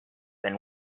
than